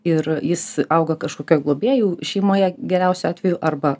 ir jis auga kažkokioj globėjų šeimoje geriausiu atveju arba